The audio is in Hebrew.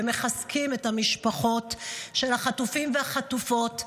ומחזקים את המשפחות של החטופים והחטופות,